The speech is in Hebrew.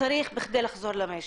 שצריך בכדי לחזור למשק.